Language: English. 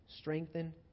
strengthen